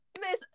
Miss